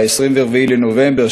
ב-24 בנובמבר,